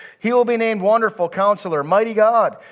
he will be named wonderful counselor, mighty god,